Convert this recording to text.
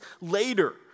later